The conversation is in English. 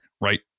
right